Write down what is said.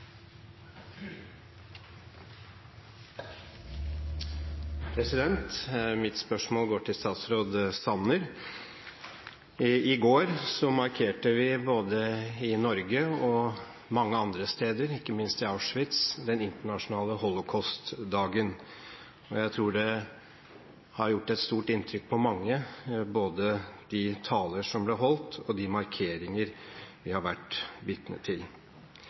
hovedspørsmål. Mitt spørsmål går til statsråd Sanner. I går markerte vi både i Norge og mange andre steder, ikke minst i Auschwitz, Den internasjonale holocaustdagen. Jeg tror det har gjort et stort inntrykk på mange – både de taler som ble holdt, og de markeringer vi har vært vitne til.